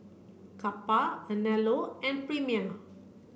Kappa Anello and Premier